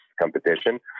competition